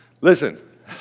Listen